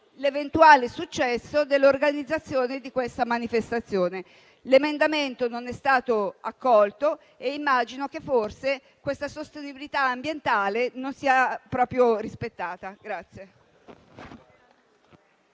l'eventuale successo dell'organizzazione di questa manifestazione. L'emendamento non è stato accolto e immagino che forse questa sostenibilità ambientale non sia proprio rispettata.